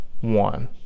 one